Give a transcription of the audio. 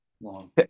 long